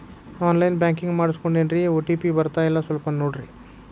on line banking ಮಾಡಿಸ್ಕೊಂಡೇನ್ರಿ OTP ಬರ್ತಾಯಿಲ್ಲ ಸ್ವಲ್ಪ ನೋಡ್ರಿ